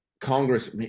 congress